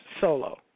solo